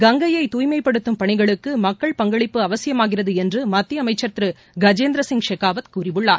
கங்கையை துய்மைப்படுத்தம் பணிகளுக்கு மக்கள் பங்களிப்பு அவசியமாகிறது என்று மத்திய அமைச்சா் திரு கஜேந்திர சிய் ஷெகாவத் கூறியுள்ளார்